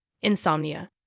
insomnia